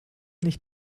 nicht